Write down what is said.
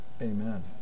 Amen